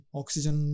oxygen